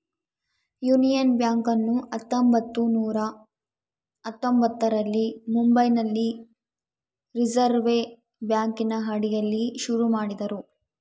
union ಬ್ಯಾಂಕನ್ನು ಹತ್ತೊಂಭತ್ತು ನೂರ ಹತ್ತೊಂಭತ್ತರಲ್ಲಿ ಮುಂಬೈನಲ್ಲಿ ರಿಸೆರ್ವೆ ಬ್ಯಾಂಕಿನ ಅಡಿಯಲ್ಲಿ ಶುರು ಮಾಡಿದರು